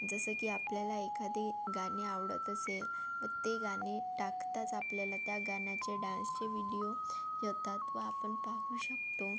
जसं की आपल्याला एखादे गाणे आवडत असेल तर ते गाणे टाकताच आपल्याला त्या गाण्याचे डान्सचे विडिओ येतात व आपण पाहू शकतो